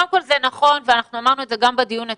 קודם כל, זה נכון, ואמרנו את זה גם בדיון אתמול,